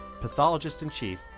Pathologist-in-Chief